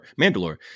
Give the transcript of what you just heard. Mandalore